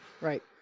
Right